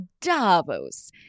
Davos